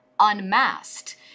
unmasked